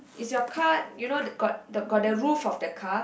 is your car you know the got the got the roof of the car